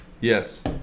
Yes